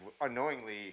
unknowingly